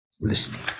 listening